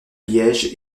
liège